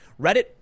Reddit